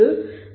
1 பெறுவீர்கள்